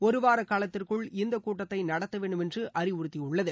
ஒருவார காலத்திற்குள் இந்தக் கூட்டத்தை நடத்த வேண்டும் என்று அறிவறுத்தியுள்ளது